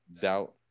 doubt